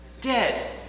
dead